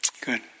Good